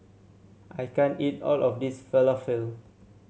I can't eat all of this Falafel